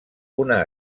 una